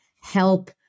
help